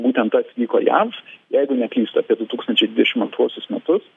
būtent tas vyko jav jeigu neklystu apie du tūkstančiai dvidešim antruosius metus